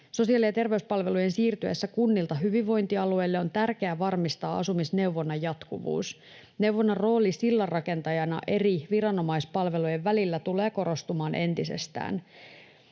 Sosiaali‑ ja terveyspalvelujen siirtyessä kunnilta hyvinvointialueille on tärkeää varmistaa asumisneuvonnan jatkuvuus. Neuvonnan rooli sillanrakentajana eri viranomaispalvelujen välillä tulee korostumaan entisestään.